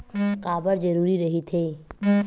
का बार जरूरी रहि थे?